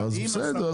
אז בסדר.